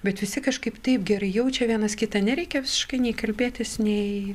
bet visi kažkaip taip gerai jaučia vienas kitą nereikia visiškai nei kalbėtis nei